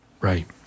Right